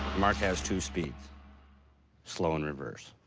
marc has two speeds slow and reverse.